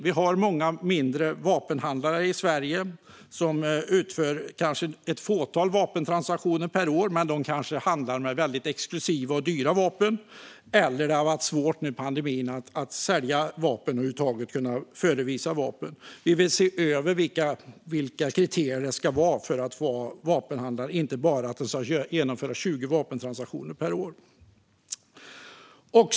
Vi har många mindre vapenhandlare i Sverige som kanske utför ett fåtal vapentransaktioner men som kanske handlar med väldigt exklusiva och dyra vapen. Det kan också under pandemin ha varit svårt att sälja vapen eller att över huvud taget kunna förevisa vapen. Vi vill se över vilka kriterier som ska gälla för att vara vapenhandlare, inte bara att man ska genomföra 20 vapentransaktioner per år.